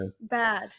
bad